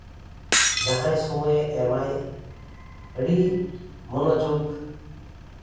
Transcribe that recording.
ᱡᱟᱦᱟᱸᱭ ᱥᱚᱢᱚᱭᱮ ᱮᱢᱟ ᱟᱹᱰᱤ ᱢᱚᱱᱚᱡᱳᱜᱽ